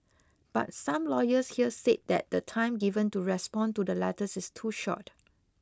but some lawyers here say that the time given to respond to the letters is too short